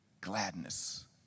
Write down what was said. gladness